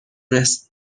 رست